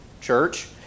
church